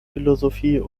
philosophie